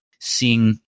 seeing